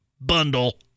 bundle